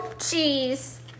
cheese